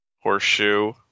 Horseshoe